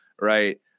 right